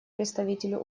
представителю